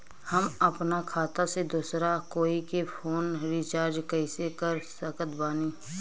हम अपना खाता से दोसरा कोई के फोन रीचार्ज कइसे कर सकत बानी?